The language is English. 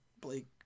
Blake